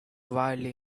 wildly